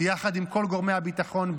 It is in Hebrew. יחד עם כל גורמי הביטחון,